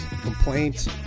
complaints